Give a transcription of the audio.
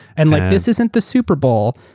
and like this isn't the super bowl,